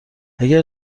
اگر